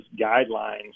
guidelines